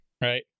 right